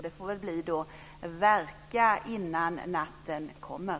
Det får bli: Verka innan natten kommer!